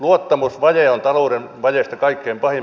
luottamusvaje on talouden vajeista kaikkein pahin